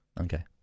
Okay